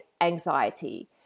anxiety